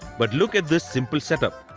but look at this simple setup.